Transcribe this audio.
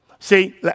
See